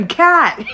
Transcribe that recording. cat